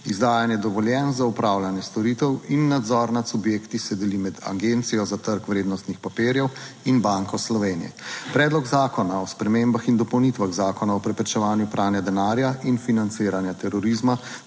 Izdajanje dovoljenj za opravljanje storitev in nadzor nad subjekti se deli med Agencijo za trg vrednostnih papirjev in Banko Slovenije. Predlog zakona o spremembah in dopolnitvah Zakona o preprečevanju pranja denarja in financiranja terorizma